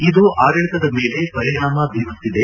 ಇದು ಆಡಳಿತದ ಮೇಲೆ ಪರಿಣಾಮ ಬೀರುತ್ತಿದೆ